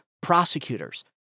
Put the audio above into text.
prosecutors